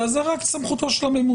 אלא זו סמכותו של הממונה.